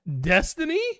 Destiny